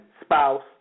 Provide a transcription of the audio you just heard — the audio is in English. spouse